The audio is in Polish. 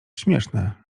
śmieszne